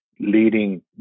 leading